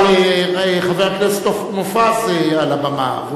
אבל חבר הכנסת מופז על הבמה,